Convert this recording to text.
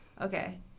Okay